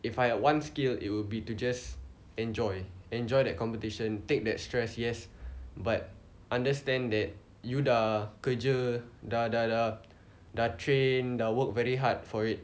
if I have one skill it will to be to just enjoy enjoy that competition take that stress yes but understand that you dah kerja dah dah dah dah train dah work very hard for it